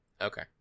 Okay